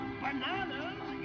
bananas